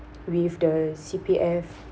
with the C_P_F